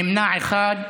נמנע אחד.